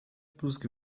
plusk